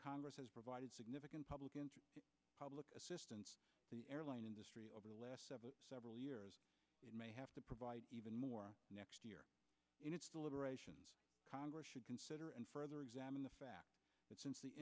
congress has provided significant public in public assistance the airline industry over the last several years may have to provide even more next year in its deliberations congress should consider and further examine the fact that since the